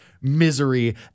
misery